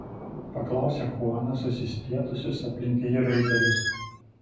paklausė chuanas susispietusius aplink jį raitelius